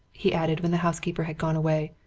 he added, when the housekeeper had gone away,